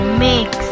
mix